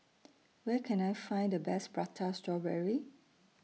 Where Can I Find The Best Prata Strawberry